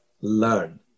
learn